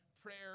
Prayer